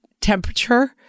temperature